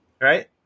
right